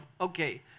okay